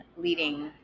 leading